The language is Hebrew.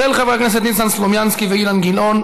של חברי הכנסת ניסן סלומינסקי ואילן גילאון,